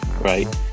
right